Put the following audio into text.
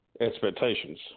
expectations